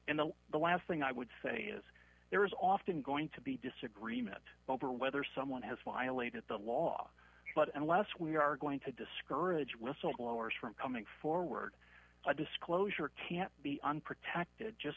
and the the last thing i would say is there is often going to be disagreement over whether someone has violated the law but unless we are going to discourage whistleblowers from coming forward a disclosure can't be unprotected just